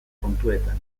kontuetan